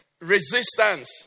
resistance